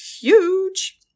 huge